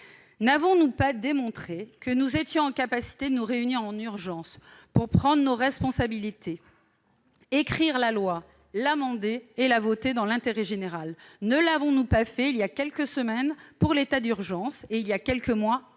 N'avons-nous pas démontré que nous étions capables de nous réunir en urgence pour prendre nos responsabilités, écrire la loi, l'amender et la voter dans l'intérêt général ? Ne l'avons-nous pas fait voilà quelques semaines à propos de l'état d'urgence sanitaire et voilà quelques mois